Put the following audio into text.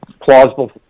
plausible